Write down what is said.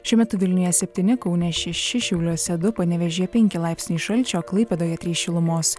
šiuo metu vilniuje septyni kaune šeši šiauliuose du panevėžyje penki laipsniai šalčio klaipėdoje trys šilumos